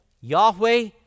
Yahweh